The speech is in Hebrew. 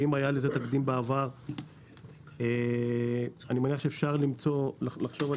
ואם היה לזה תקדים בעבר אפשר לחשוב על